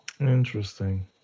Interesting